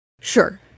Sure